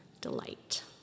delight